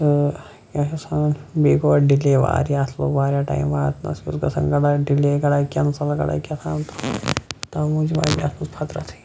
تہٕ کیٛاہ چھِ آسان بیٚیہِ گوٚو اتھ ڈِلے واریاہ اَتھ لوٚگ واریاہ ٹایم واتنَس اتھ اوس گَژھان واتنس منٛز ڈِلے گَرا کینسٕل گَرا کیَتھام تَوے موٗجوب آیہِ مےٚ اَتھ مَنٛز فَترَتھٕے